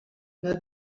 not